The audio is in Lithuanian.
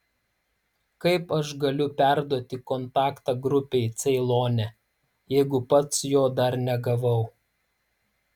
kaip aš galiu perduoti kontaktą grupei ceilone jeigu pats jo dar negavau